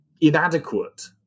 inadequate